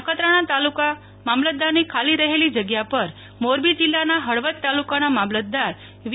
નખત્રાણા તાલુકા મામલતદારની ખાલી રજેલી જગ્યાપર મોરબી જિલ્લા ફળવદ તાલુ કાના મામલતદાર વી